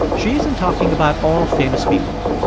she isn't talking about all famous people.